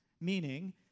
meaning